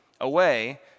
away